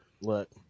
Look